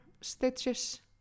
stitches